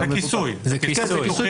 זה כיסוי.